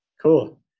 Cool